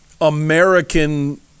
American